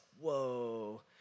whoa